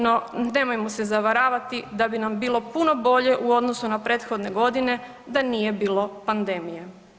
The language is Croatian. No, nemojmo se zavaravati da bi nam bilo puno bolje u odnosu na prethodne godine da nije bilo pandemije.